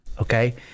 okay